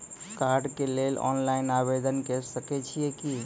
कार्डक लेल ऑनलाइन आवेदन के सकै छियै की?